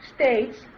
states